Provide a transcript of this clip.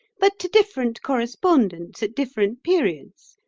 but to different correspondents at different periods.